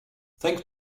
thanks